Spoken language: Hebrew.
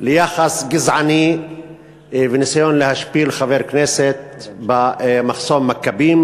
ליחס גזעני וניסיון להשפיל חבר כנסת במחסום מכבים,